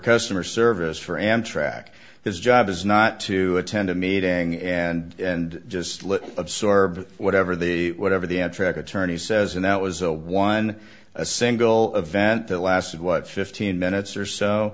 customer service for amtrak his job is not to attend a meeting and just absorbed whatever they whatever the ad track attorney says and that was a one a single event that lasted what fifteen minutes or so